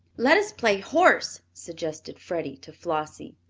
let us play horse, suggested freddie to flossie.